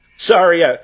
Sorry